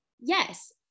Yes